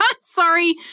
Sorry